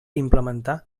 implementar